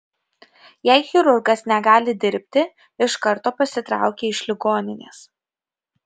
jei chirurgas negali dirbti iš karto pasitraukia iš ligoninės